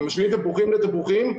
אם משווים תפוחים לתפוחים,